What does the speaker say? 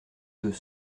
deux